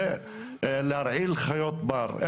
להרעיל חיות בר.